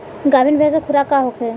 गाभिन भैंस के खुराक का होखे?